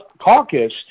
caucus